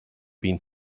been